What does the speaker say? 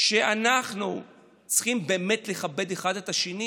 אנחנו צריכים באמת לכבד אחד את השני.